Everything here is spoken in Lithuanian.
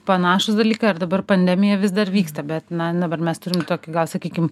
panašūs dalykai ar dabar pandemija vis dar vyksta bet na dabar mes turim tokį gal sakykim